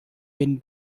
been